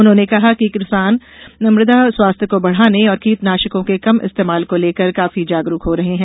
उन्होंने कहा कि किसान मृदा स्वास्थ्य को बढ़ाने और कीटनाशकों के कम इस्तेमाल को लेकर काफी जागरुक हो रहे हैं